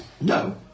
No